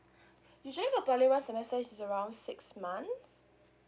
usually the poly one semester is is around six months